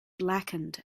blackened